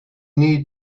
need